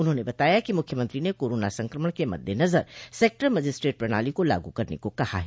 उन्होंने बताया कि मुख्यमंत्री ने कोरोना संक्रमण के मद्देनजर सेक्टर मजिस्ट्रेट प्रणाली को लागू करने को कहा है